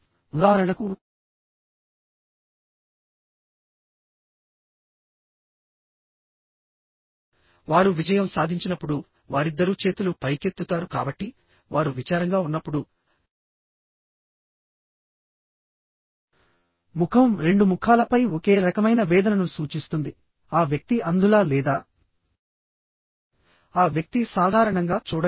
ఉదాహరణకు వారు విజయం సాధించినప్పుడువారిద్దరూ చేతులు పైకెత్తుతారు కాబట్టి వారు విచారంగా ఉన్నప్పుడుముఖం రెండు ముఖాలపై ఒకే రకమైన వేదనను సూచిస్తుంది ఆ వ్యక్తి అంధులా లేదా ఆ వ్యక్తి సాధారణంగా చూడగలడా